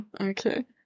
okay